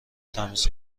تمیز